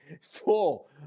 full